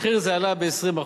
מחיר זה עלה ב-20%.